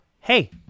hey